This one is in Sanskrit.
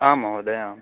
आम् महोदय